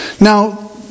now